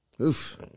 Oof